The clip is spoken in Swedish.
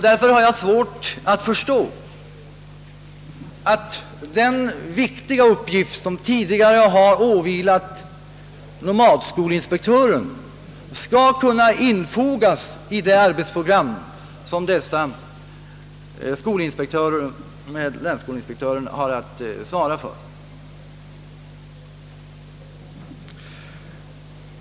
Därför har jag svårt att förstå att de viktiga uppgifter som tidigare har åvilat nomadskolinspektören skall kunna infogas i det arbetsprogram som dessa skolinspektörer jämte länsskolinspektören har att svara för.